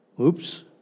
Oops